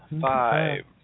Five